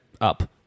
Up